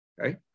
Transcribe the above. Okay